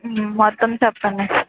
మొత్తం చెప్పండి